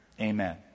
Amen